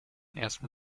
ersten